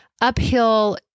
uphill